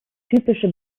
typische